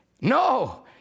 No